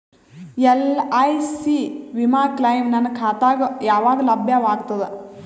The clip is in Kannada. ಎಲ್.ಐ.ಸಿ ವಿಮಾ ಕ್ಲೈಮ್ ನನ್ನ ಖಾತಾಗ ಯಾವಾಗ ಲಭ್ಯವಾಗತದ?